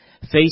Face